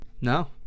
No